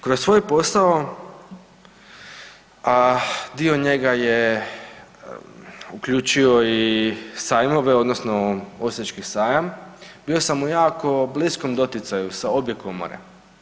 Kroz svoj posao, a dio njega je uključio i sajmove odnosno Osječki sajam, bio sam u jako bliskom doticaju sa obje komore.